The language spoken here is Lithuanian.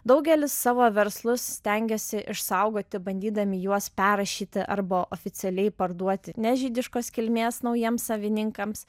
daugelis savo verslus stengėsi išsaugoti bandydami juos perrašyti arba oficialiai parduoti ne žydiškos kilmės naujiems savininkams